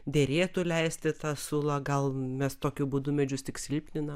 derėtų leisti tą sulą gal mes tokiu būdu medžius tik silpninam